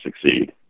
succeed